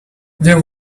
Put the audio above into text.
there